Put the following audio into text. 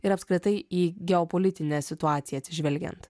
ir apskritai į geopolitinę situaciją atsižvelgiant